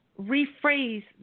rephrase